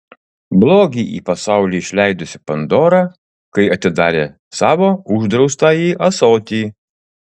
blogį į pasaulį išleidusi pandora kai atidarė savo uždraustąjį ąsotį